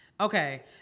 Okay